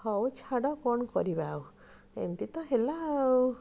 ହଉ ଛାଡ଼ କ'ଣ କରିବା ଆଉ ଏମିତି ତ ହେଲା ଆଉ